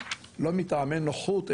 לא מטעמי נוחות,